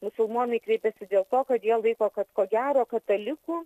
musulmonai kreipiasi dėl to kad jie laiko kad ko gero katalikų